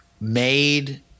made